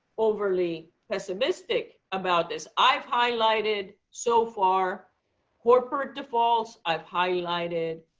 overly pessimistic about this. i've highlighted so far corporate defaults. i've highlighted